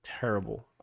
terrible